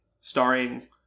starring